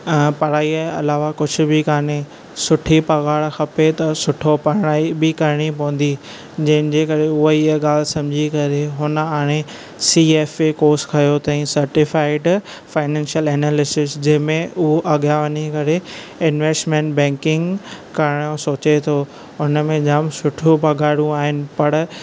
पढाईअअलावा कुझु बि काने सुठी पघार खपे त सुठो पढाई बि करणी पवंदी जंहिं जे करे हूअ इहा ॻाल्हि सम्झी करे हुन हाणे सी एफ ऐ कोर्स खंयो अथई सेटिफाइड फाइनेंशल एनालिसिस जंहिं में उहो अॻियां वञी करे इंवेस्टमेंट बैंकिंग करण जो सोचे थो उन में जाम सुठो पघारुं आहिनि पर